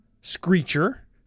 Screecher